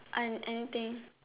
I anything